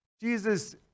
Jesus